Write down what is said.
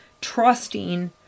trusting